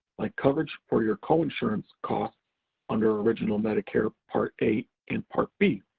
like coverage for your coinsurance costs under original medicare part a and part b.